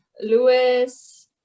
Lewis